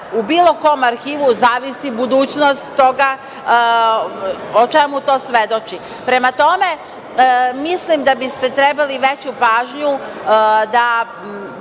u bilo kom arhivu, zavisi budućnost toga o čemu to svedoči. Prema tome, mislim da biste trebali veću pažnju da